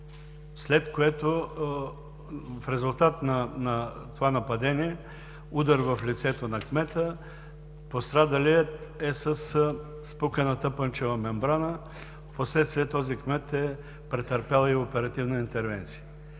място. В резултат на това нападение – удар в лицето на кмета, пострадалият е със спукана тъпанчева мембрана и впоследствие е претърпял и оперативна интервенция.